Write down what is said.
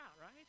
right